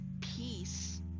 Peace